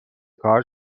کار